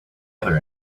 other